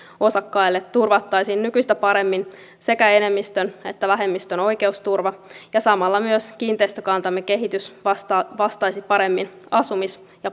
osakkaille turvattaisiin nykyistä paremmin sekä enemmistön että vähemmistön oikeusturva ja samalla myös kiinteistökantamme kehitys vastaisi paremmin asumis ja